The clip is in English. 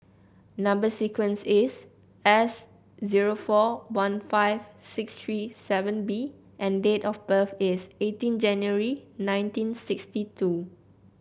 number sequence is S zero four one five six three seven B and date of birth is eighteen January nineteen sixty two